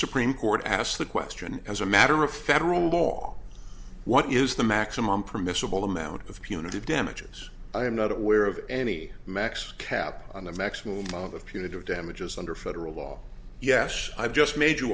supreme court asked the question as a matter of federal law what is the maximum permissible amount of punitive damages i am not aware of any max cap on the maximum amount of punitive damages under federal law yes i've just made you